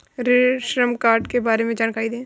श्रम कार्ड के बारे में जानकारी दें?